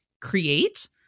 Create